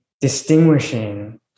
distinguishing